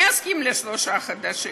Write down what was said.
אני אסכים לשלושה חודשים,